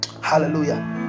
hallelujah